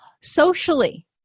Socially